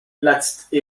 platzte